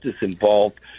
involved